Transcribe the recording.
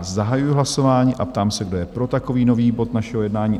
Zahajuji hlasování a ptám se, kdo je pro takový nový bod našeho jednání?